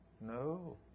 No